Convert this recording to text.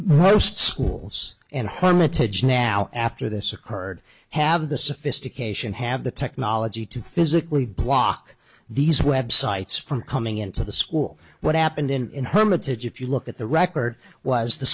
most schools and harmon now after this occurred have the sophistication have the technology to physically block these websites from coming into the school what happened in hermitage if you look at the record was the